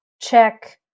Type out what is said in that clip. check